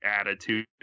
Attitude